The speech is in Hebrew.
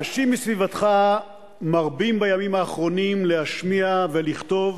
אנשים מסביבתך מרבים בימים האחרונים להשמיע ולכתוב